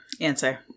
Answer